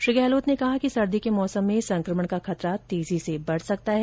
श्री गहलोत ने कहा कि सर्दी के मौसम में संक्रमण का खतरा तेजी से बढ़ सकता है